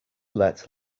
let